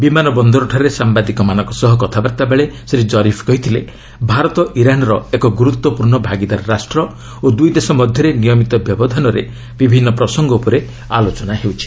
ବିମାନ ବନ୍ଦରଠାରେ ସାମ୍ଭାଦିକମାନଙ୍କ ସହ କଥାବାର୍ତ୍ତା ବେଳେ ଶ୍ରୀ କରିଫ୍ କହିଥିଲେ ଭାରତ ଇରାନ୍ର ଏକ ଗୁରୁତ୍ୱପୂର୍ଷ୍ଣ ଭାଗିଦାର ରାଷ୍ଟ୍ର ଓ ଦୁଇ ଦେଶ ମଧ୍ୟରେ ନିୟମିତ ବ୍ୟବଧାନରେ ବିଭିନ୍ନ ପ୍ରସଙ୍ଗ ଉପରେ ଆଲୋଚନା ହେଉଛି